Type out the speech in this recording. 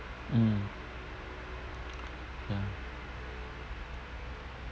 mm ya